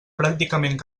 pràcticament